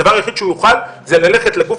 הדבר היחיד שהוא יוכל זה ללכת לגוף